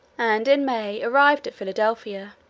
and in may arrived at philadelphia.